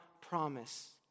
promise